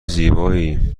زیبایی